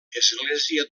església